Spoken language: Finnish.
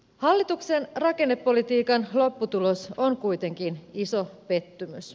hallituksen rakennepolitiikan lopputulos on kuitenkin iso pettymys